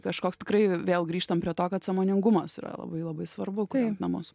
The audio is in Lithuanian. kažkoks tikrai vėl grįžtam prie to kad sąmoningumas yra labai labai svarbu kuriant namus